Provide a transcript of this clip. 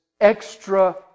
extra